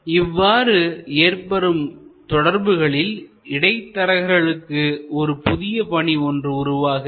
இவ்வாறு ஏற்படும் தொடர்புகளில் இடைத்தரகர்களுக்கு ஒரு புதிய பணி ஒன்று உருவாகிறது